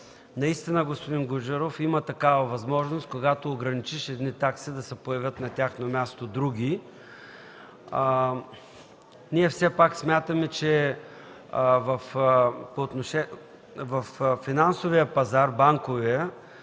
Наистина, господин Гуджеров, има такава възможност, когато ограничиш едни такси, да се появят на тяхно място други. Ние все пак смятаме, че в банковия пазар има